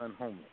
Unhomeless